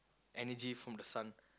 energy from the sun